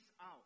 out